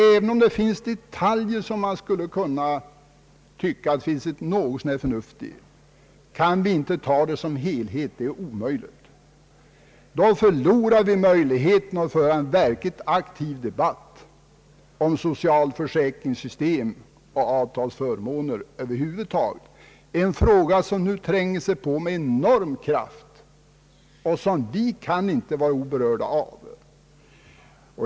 Även om det finns detaljer som det kan förefalla finnas något förnuft i, kan vi inte ta förslaget som helhet. Om vi gör det, förlorar vi möjligheterna att föra en verkligt aktiv debatt om socialförsäkringssystem och avtalsförmåner Över huvud taget, en fråga som nu tränger sig på med enorm kraft och som vi inte kan vara oberörda av.